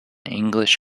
english